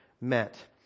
met